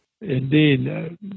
Indeed